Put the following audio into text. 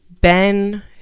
Ben